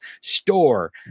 store